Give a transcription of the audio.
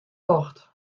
docht